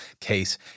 case